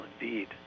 indeed